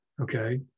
Okay